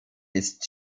ist